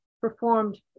performed